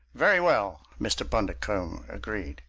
very well! mr. bundercombe agreed.